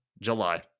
July